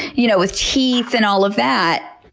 you know with teeth and all of that.